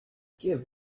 give